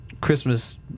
christmas